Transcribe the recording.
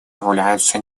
является